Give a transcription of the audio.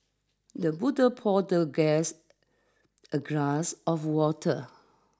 the butler poured the guest a glass of water